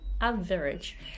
average